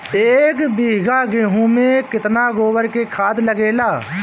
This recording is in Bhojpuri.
एक बीगहा गेहूं में केतना गोबर के खाद लागेला?